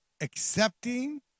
accepting